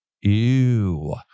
Ew